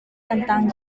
tentang